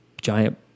giant